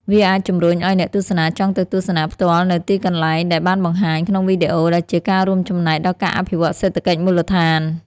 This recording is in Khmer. វាអាចជំរុញឲ្យអ្នកទស្សនាចង់ទៅទស្សនាផ្ទាល់នូវទីកន្លែងដែលបានបង្ហាញក្នុងវីដេអូ ដែលជាការរួមចំណែកដល់ការអភិវឌ្ឍសេដ្ឋកិច្ចមូលដ្ឋាន។